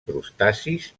crustacis